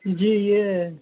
جی یہ